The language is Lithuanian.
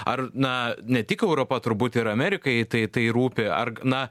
ar na ne tik europa turbūt ir amerikai tai tai rūpi ar na